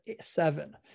Seven